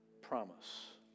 promise